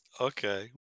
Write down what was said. Okay